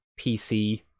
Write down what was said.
PC